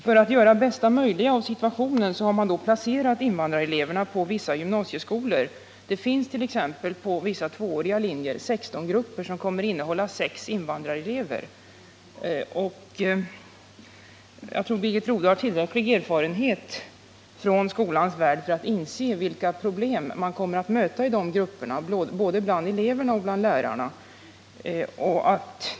För att göra det bästa möjliga av situationen har man placerat invandrareleverna i vissa gymnasieskolor. Det finns t.ex. vid vissa tvååriga linjer 16-grupper som kommer att innehålla 6 invandrarelever. Jag tror att Birgit Rodhe har tillräcklig erfarenhet från skolans värld för att inse vilka problem man kommer att möta i de grupperna, både bland eleverna och bland lärarna.